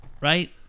right